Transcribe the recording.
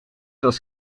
was